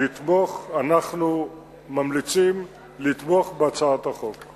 אנחנו ממליצים לתמוך בהצעת החוק.